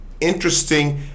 interesting